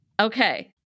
Okay